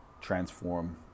transform